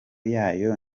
yayo